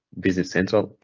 business central,